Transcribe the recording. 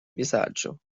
vizaĝo